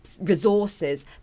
resources